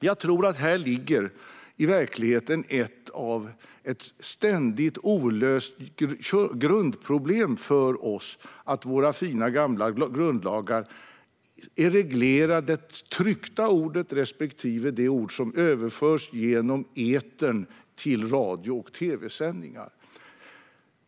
Jag tror att det här i verkligheten ligger ett ständigt olöst grundproblem för oss: Våra fina gamla grundlagar reglerar det tryckta ordet respektive det ord som överförs genom etern till radio och tv-sändningar.